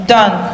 Done